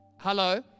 Hello